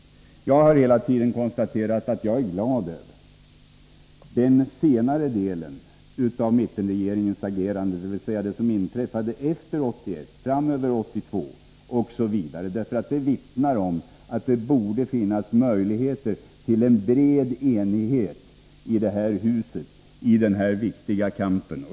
Jag har hela tiden konstaterat att jag är glad över den senare delen av mittenpartiregeringens agerande, dvs. det som inträffade efter 1981. Det vittnar om att det borde finnas möjligheter till en bred enighet i detta hus idenna viktiga kamp.